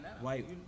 white